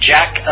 Jack